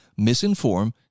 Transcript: misinform